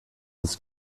des